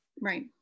Right